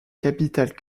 capitale